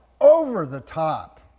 over-the-top